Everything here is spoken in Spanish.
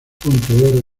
quien